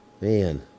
man